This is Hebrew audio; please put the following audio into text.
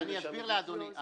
אסביר לאדוני.